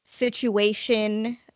situation